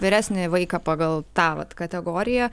vyresnį vaiką pagal tą vat kategoriją